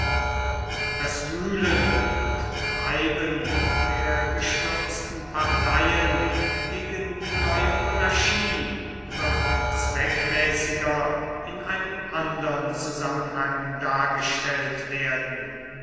das wühlen und treiben der gestürzten parteien gegen die neue monarchie wird zweckmäßiger in einem andern zusammenhang dargestellt werden